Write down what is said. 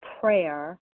prayer